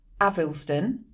Avilston